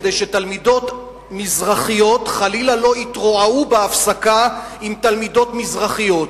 כדי שתלמידות מזרחיות חלילה לא יתרועעו בהפסקה עם תלמידות אשכנזיות.